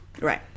Right